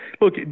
look